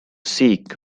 seek